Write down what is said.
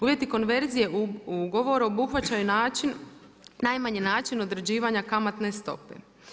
Uvjeti konverzije u ugovoru obuhvaćaju najmanji način određivanja kamatne stope.